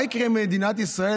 מה יקרה אם מדינת ישראל,